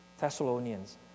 Thessalonians